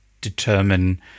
determine